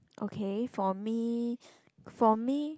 okay for me for me